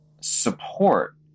support